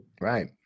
Right